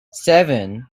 seven